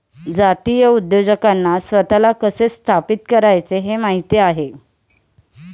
जातीय उद्योजकांना स्वतःला कसे स्थापित करायचे हे माहित आहे